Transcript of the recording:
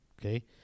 Okay